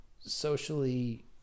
socially